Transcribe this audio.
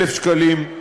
1,000 שקלים,